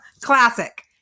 Classic